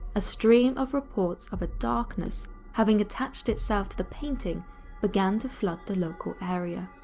a stream of reports of a darkness having attached itself to the painting began to flood the local area.